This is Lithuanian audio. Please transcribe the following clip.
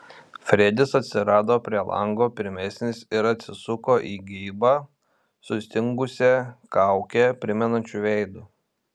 fredis atsirado prie lango pirmesnis ir atsisuko į geibą sustingusią kaukę primenančiu veidu